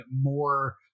more